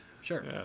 Sure